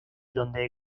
dónde